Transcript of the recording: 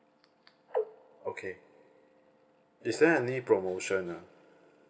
okay is there any promotion ah